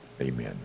amen